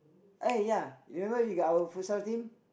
uh ya remember you got our futsal team